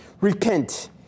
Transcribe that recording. Repent